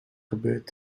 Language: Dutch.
gebeurd